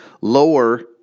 lower